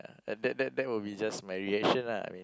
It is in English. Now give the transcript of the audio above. that that that will just be my reaction lah I mean